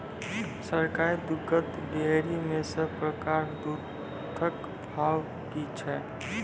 सरकारी दुग्धक डेयरी मे सब प्रकारक दूधक भाव की छै?